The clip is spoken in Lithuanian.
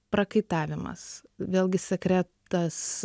prakaitavimas vėlgi sekretas